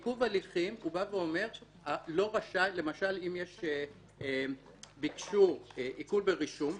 למשל אם ביקשו עיקול ברישום,